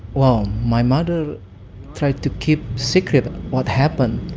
wow, my mother tried to keep secret what happened